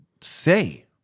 say